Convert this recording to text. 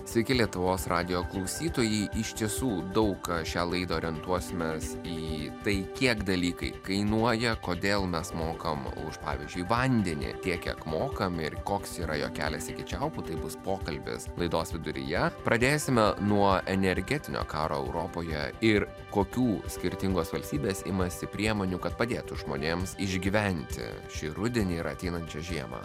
sveiki lietuvos radijo klausytojai iš tiesų daug šią laidą orientuosimės į tai kiek dalykai kainuoja kodėl mes mokam už pavyzdžiui vandenį tiek kiek mokam ir koks yra jo kelias iki čiaupo trumpas pokalbis laidos viduryje pradėsime nuo energetinio karo europoje ir kokių skirtingos valstybės imasi priemonių kad padėtų žmonėms išgyventi šį rudenį ir ateinančią žiemą